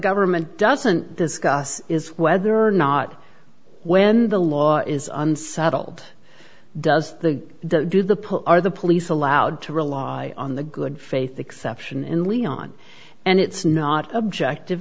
government doesn't discuss is whether or not when the law is unsettled does the do the put are the police allowed to rely on the good faith exception in leon and it's not objective